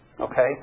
okay